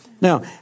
Now